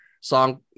song